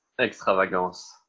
Extravagance